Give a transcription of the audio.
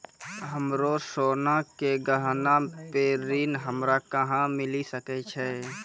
हमरो सोना के गहना पे ऋण हमरा कहां मिली सकै छै?